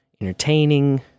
entertaining